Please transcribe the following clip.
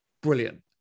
brilliant